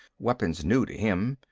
weapons new to him.